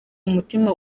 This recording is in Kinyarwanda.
umutima